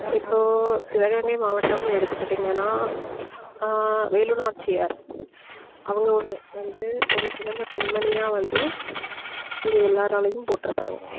இப்போது சிவகங்கை மாவட்டம் எடுத்துகிட்டீங்கன்னா வேலு நாச்சியார் அவங்க ஒரு வந்து ஒரு சிறந்த பெண்மணியாக வந்து இங்கே எல்லாராலையும் போற்றப்படுவாங்க